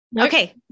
Okay